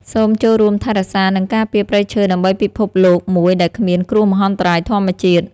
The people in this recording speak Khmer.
សូមចូលរួមថែរក្សា និងការពារព្រៃឈើដើម្បីពិភពលោកមួយដែលគ្មានគ្រោះមហន្តរាយធម្មជាតិ។